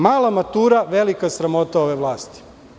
Mala matura, velika sramota ove vlasti.